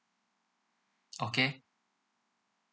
okay